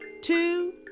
two